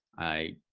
i,